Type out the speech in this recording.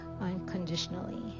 unconditionally